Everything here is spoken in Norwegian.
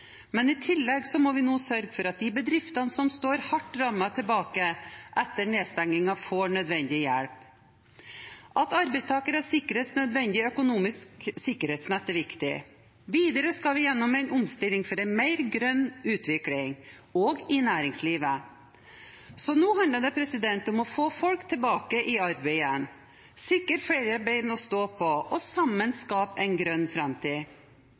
men i tillegg må vi nå sørge for at de bedriftene som står hardt rammet tilbake etter nedstengingen, får nødvendig hjelp. At arbeidstakere sikres et nødvendig økonomisk sikkerhetsnett, er viktig. Videre skal vi gjennom en omstilling for en mer grønn utvikling, også i næringslivet. Så nå handler det om å få folk tilbake i arbeid igjen, sikre flere bein å stå på og sammen skape en grønn framtid.